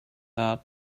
that